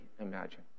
imagine